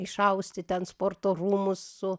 išausti ten sporto rūmus su